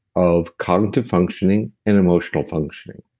of cognitive functioning and emotional functioning.